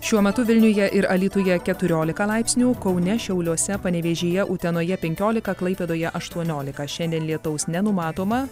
šiuo metu vilniuje ir alytuje keturiolika laipsnių kaune šiauliuose panevėžyje utenoje penkiolika klaipėdoje aštuoniolika šiandien lietaus nenumatoma